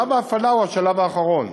שלב ההפעלה הוא השלב האחרון.